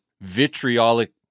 vitriolic